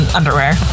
underwear